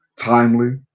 timely